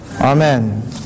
Amen